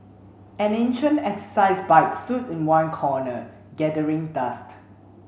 an ancient exercise bike stood in one corner gathering dust